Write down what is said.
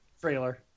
trailer